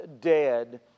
dead